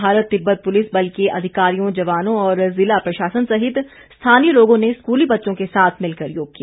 Bharat Tibbat police बल के अधिकारियों जवानों और जिला प्रशासन सहित स्थानीय लोगों ने स्कूली बच्चों के साथ मिलकर योग किया